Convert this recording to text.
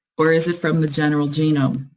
or is it from the general genome?